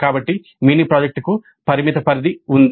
కాబట్టి మినీ ప్రాజెక్టుకు పరిమిత పరిధి ఉంది